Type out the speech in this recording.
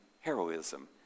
heroism